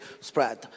spread